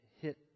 hit